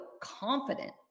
confident